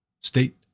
state